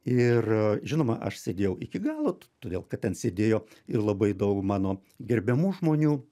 ir žinoma aš sėdėjau iki galo todėl kad ten sėdėjo ir labai daug mano gerbiamų žmonių